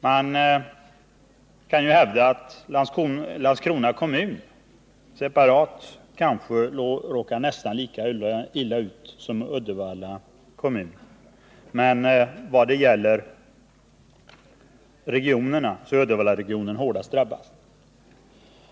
Man kan ju hävda att Landskrona kommun separat råkar nästan lika illa ut som Uddevalla kommun. Men Uddevallaregionen är hårdast drabbad.